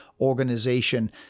organization